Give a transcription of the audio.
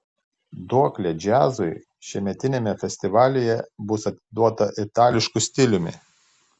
duoklė džiazui šiemetiniame festivalyje bus atiduota itališku stiliumi